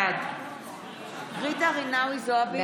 בעד ג'ידא רינאוי זועבי,